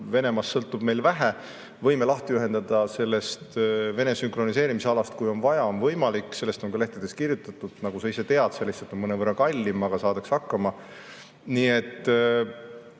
Venemaast sõltub meil vähe. Me võime lahti ühenduda sellest Vene sünkroniseerimise alast, kui on vaja, see on võimalik. Sellest on ka lehtedes kirjutatud, nagu sa ise tead, see on lihtsalt mõnevõrra kallim, aga saadakse hakkama. Nii et